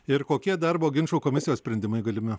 ir kokie darbo ginčų komisijos sprendimai galimi